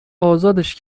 ازادش